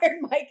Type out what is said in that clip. Mike